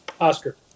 oscar